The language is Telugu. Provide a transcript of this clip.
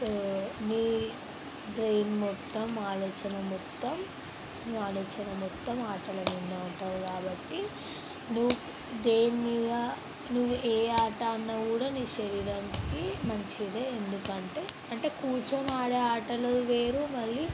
నీ మీ బ్రెయిన్ మొత్తం ఆలోచన మొత్తం ఆలోచన మొత్తం ఆటల మీదనే ఉంటుంది కాబట్టి నువ్వు దేని మీద నువ్వు ఏ ఆట ఆడినా కూడా నీ శరీరంకి మంచిదే ఎందుకంటే అంటే కూర్చోని ఆడే ఆటలు వేరు మళ్ళీ